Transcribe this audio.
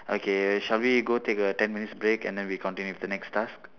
okay shall we go take a ten minutes break and then we continue with the next task